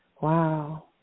Wow